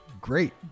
great